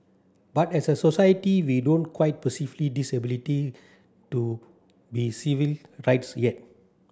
but as a society we don't quite disability to be civil rights yet